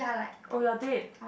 oh you are dead